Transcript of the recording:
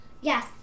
Yes